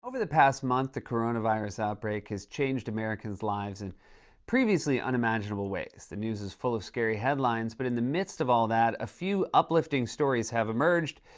over the past month, the coronavirus outbreak has changed americans' lives in previously unimaginable ways. the news is full of scary headlines, but in the midst of all that, a few uplifting stories have emerged,